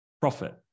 profit